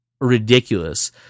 ridiculous